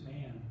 man